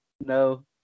No